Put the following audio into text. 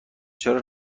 چرا